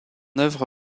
œuvre